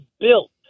built